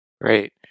Great